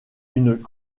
une